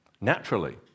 naturally